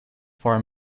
for